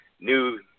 new